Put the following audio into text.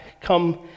come